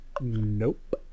Nope